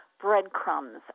breadcrumbs